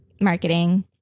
marketing